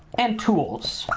and tools,